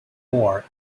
more